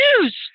news